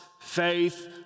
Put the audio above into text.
faith